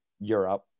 Europe